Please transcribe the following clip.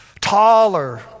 taller